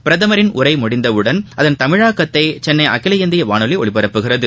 பிரதமர் உரை முடிந்தவுடன் அதன் தமிழாக்கத்தை சென்னை அகில இந்திய வானொலி ஒலிபரப்புகிறது